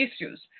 issues